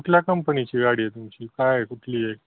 कुठल्या कंपनीची गाडी आहे तुमची काय आहे कुठली आहे